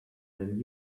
than